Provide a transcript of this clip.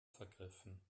vergriffen